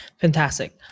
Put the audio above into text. fantastic